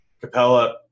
Capella